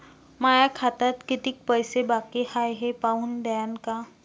माया खात्यात कितीक पैसे बाकी हाय हे पाहून द्यान का?